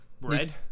Bread